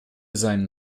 seinen